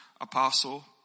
apostle